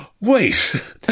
Wait